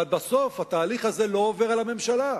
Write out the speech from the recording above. אבל בסוף, התהליך הזה לא עובר על הממשלה.